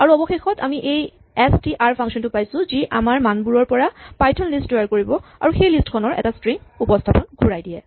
আৰু অৱশেষত আমি এই এচ টি আৰ ফাংচন টো পাইছো যি আমাৰ মানবোৰৰ পৰা পাইথন লিষ্ট তৈয়াৰ কৰিব আৰু সেই লিষ্ট খনৰ এটা ষ্ট্ৰিং উপস্হাপন ঘূৰাই দিয়ে